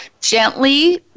gently